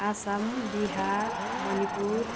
Assam Bihar Manipur